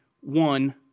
one